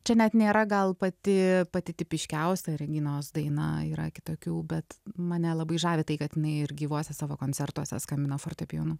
čia net nėra gal pati pati tipiškiausia reginos daina yra kitokių bet mane labai žavi tai kad jinai ir gyvuose savo koncertuose skambino fortepijonu